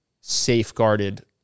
safeguarded